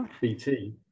BT